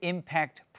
Impact